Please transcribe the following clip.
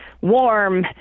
warm